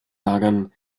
lagern